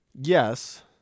Yes